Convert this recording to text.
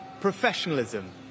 professionalism